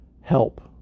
Help